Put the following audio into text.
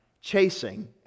chasing